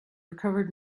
recovered